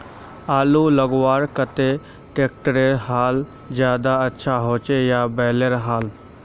आलूर लगवार केते ट्रैक्टरेर हाल ज्यादा अच्छा होचे या बैलेर हाल?